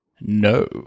No